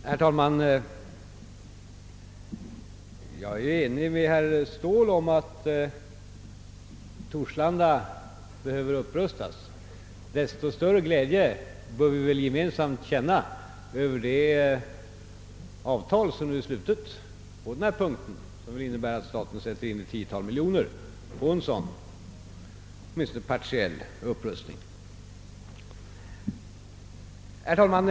Herr talman! Jag är ense med herr Ståhl om att Torslanda behöver upprustas. Desto större glädje bör vi väl gemensamt känna över det avtal som nu slutits på denna punkt och som innebär att staten satsar ett tiotal miljoner på en åtminstone partiell upprustning. Herr talman!